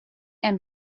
and